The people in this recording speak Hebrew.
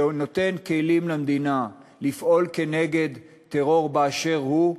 שהוא נותן כלים למדינה לפעול כנגד טרור באשר הוא.